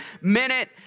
minute